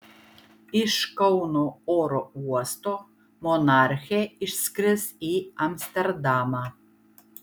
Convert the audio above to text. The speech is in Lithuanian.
iš kauno oro uosto monarchė išskris į amsterdamą